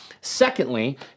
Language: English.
Secondly